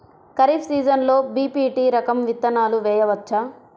ఖరీఫ్ సీజన్లో బి.పీ.టీ రకం విత్తనాలు వేయవచ్చా?